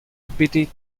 bit